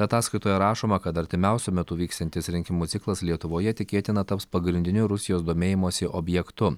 ataskaitoje rašoma kad artimiausiu metu vyksiantis rinkimų ciklas lietuvoje tikėtina taps pagrindiniu rusijos domėjimosi objektu